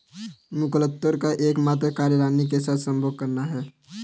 मुकत्कोर का एकमात्र कार्य रानी के साथ संभोग करना है